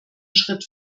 schritt